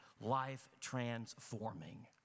life-transforming